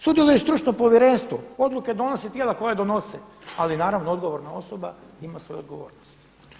Sudjeluje stručno povjerenstvo, odluke donose tijela koje donose, ali naravno odgovorna osoba ima svoju odgovornost.